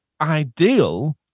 ideal